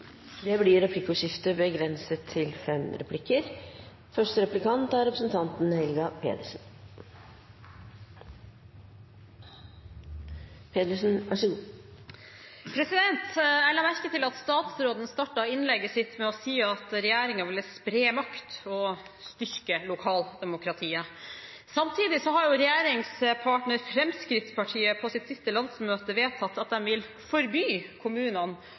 Det blir replikkordskifte. Jeg la merke til at statsråden startet innlegget sitt med å si at regjeringen ville spre makt og styrke lokaldemokratiet. Samtidig har regjeringspartner Fremskrittspartiet på sitt siste landsmøte vedtatt at de vil forby kommunene